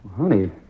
Honey